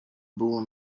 było